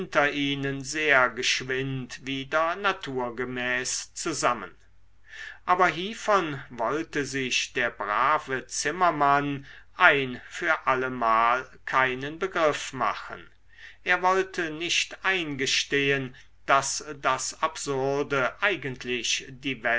ihnen sehr geschwind wieder naturgemäß zusammen aber hievon wollte sich der brave zimmermann ein für allemal keinen begriff machen er wollte nicht eingestehen daß das absurde eigentlich